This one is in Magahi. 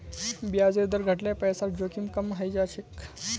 ब्याजेर दर घट ल पैसार जोखिम कम हइ जा छेक